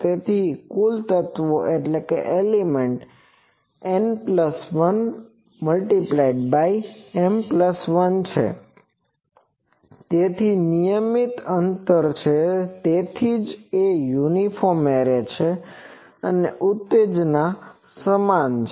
તેથી કુલ તત્વો N1M1 છે તેમાં નિયમિત અંતર છે તેથી જ તે યુનિફોર્મ એરે છે અને ઉત્તેજના સમાન છે